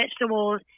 vegetables